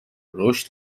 رشد